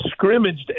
scrimmaged